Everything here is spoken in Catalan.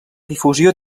difusió